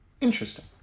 Interesting